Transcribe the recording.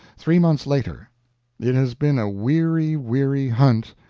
three months later it has been a weary, weary hunt,